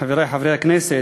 חברי חברי הכנסת,